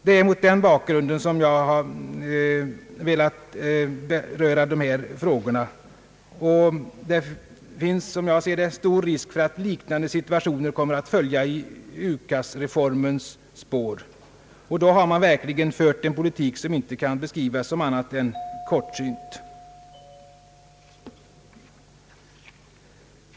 Det är mot den bakgrunden som jag har velat beröra dessa frågor. Det finns, som jag ser det, stor risk för att liknande situationer kommer att följa i UKAS-reformens spår. Och då har man verkligen fört en politik som inte kan beskrivas som annat än kortsynt.